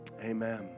amen